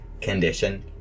condition